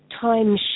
time